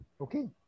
okay